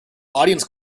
audience